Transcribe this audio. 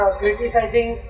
criticizing